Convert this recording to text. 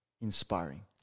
inspiring